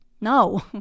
No